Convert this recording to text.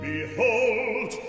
Behold